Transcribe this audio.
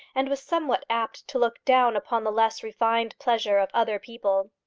and was somewhat apt to look down upon the less refined pleasure of other people.